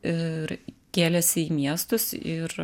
ir kėlėsi į miestus ir